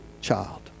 child